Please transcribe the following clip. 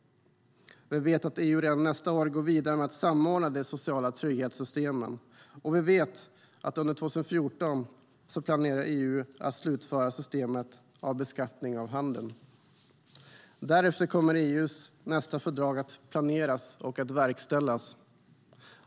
Vi vet att EU redan nästa år går vidare med att samordna de sociala trygghetssystemen. Vi vet att EU under 2014 planerar att slutföra systemet av beskattning av handeln. Därefter kommer EU:s nästa fördrag att planeras och verkställas.